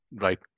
Right